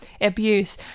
abuse